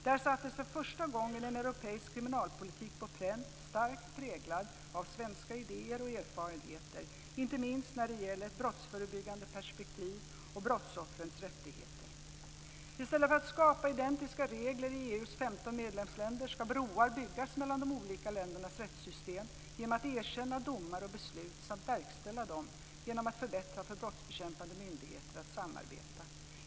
Där sattes för första gången en europeisk kriminalpolitik på pränt, starkt präglad av svenska idéer och erfarenheter, inte minst när det gäller brottsförebyggande perspektiv och brottsoffers rättigheter. I stället för att skapa identiska regler i EU:s 15 medlemsländer ska broar byggas mellan de olika ländernas rättssystem genom att erkänna domar och beslut samt verkställa dem och genom att underlätta för brottsbekämpande myndigheter att samarbeta.